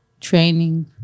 training